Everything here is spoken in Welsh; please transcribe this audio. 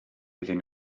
iddyn